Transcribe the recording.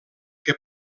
que